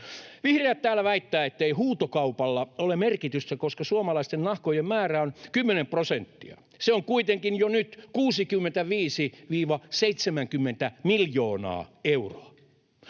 Vihreät täällä väittävät, ettei huutokaupalla ole merkitystä, koska suomalaisten nahkojen määrä on 10 prosenttia. Se on kuitenkin jo nyt 65—70 miljoonaa euroa.